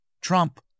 Trump